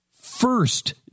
first